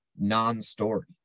non-story